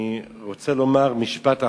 אני רוצה לומר משפט אחרון: